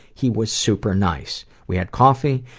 he was super nice. we had coffee,